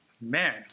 Man